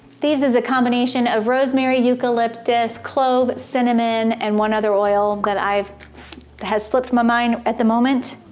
thieves is a combination of rosemary, eucalyptus, clove, cinnamon and one other oil that i've has slipped my mind at the moment!